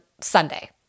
Sunday